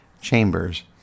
chambers